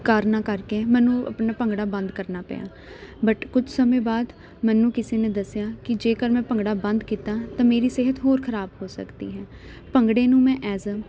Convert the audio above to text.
ਕਾਰਨਾ ਕਰਕੇ ਮੈਨੂੰ ਆਪਣਾ ਭੰਗੜਾ ਬੰਦ ਕਰਨਾ ਪਿਆ ਬਟ ਕੁਛ ਸਮੇਂ ਬਾਅਦ ਮੈਨੂੰ ਕਿਸੇ ਨੇ ਦੱਸਿਆ ਕਿ ਜੇਕਰ ਮੈਂ ਭੰਗੜਾ ਬੰਦ ਕੀਤਾ ਤਾਂ ਮੇਰੀ ਸਿਹਤ ਹੋਰ ਖ਼ਰਾਬ ਹੋ ਸਕਦੀ ਹੈ ਭੰਗੜੇ ਨੂੰ ਮੈਂ ਐਸ ਆ